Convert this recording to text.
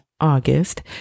august